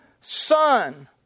Son